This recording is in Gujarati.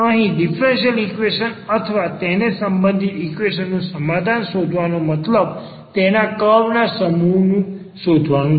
અહીં ડીફરન્સીયલ ઈક્વેશન અથવા તેને સંબંધિત ઈક્વેશન નુ સમાધાન શોધવા નો મતલબ તેના કર્વના સમૂહ શોધવાનું છે